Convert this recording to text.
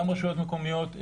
גם רשויות מקומיות,